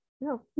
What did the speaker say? no